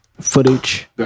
footage